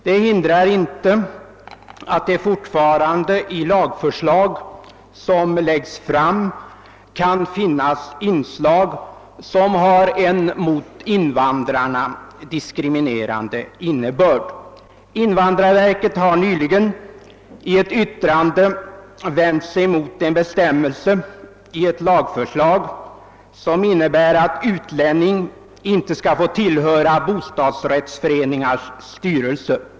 Det hindrar inte att det fortfarande i framlagda lagförslag kan finnas inslag, som har en mot invandrarna diskriminerande innebörd. Invandrarverket har nyligen i ett yttrande vänt sig mot en bestämmelse i ett lagförslag, som innebär att utlänning inte skall få tillhöra bostadsrättsföreningars styrelse.